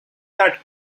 that